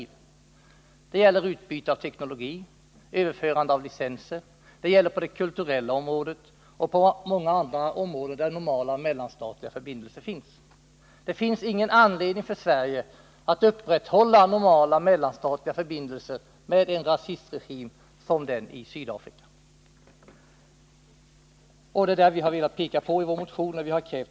Vi kräver förbud mot utbyte av teknologi, överförande av licenser, utbyte på det kulturella området och på många andra områden där nu normala mellanstatliga förbindelser finns. Det finns ingen anledning för Sverige att upprätthålla sådana normala mellanstatliga förbindelser med en rasistregim som den i Sydafrika. Det är detta vi har velat peka på i vår motion.